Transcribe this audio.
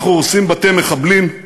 אנחנו הורסים בתי מחבלים.